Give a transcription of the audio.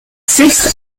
sixth